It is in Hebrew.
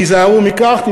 תיזהרו מכך,